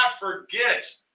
forget